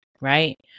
right